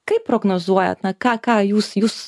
kaip prognozuojat na ką ką jūs jūs